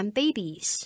babies